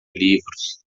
livros